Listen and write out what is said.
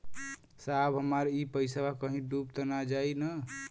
साहब हमार इ पइसवा कहि डूब त ना जाई न?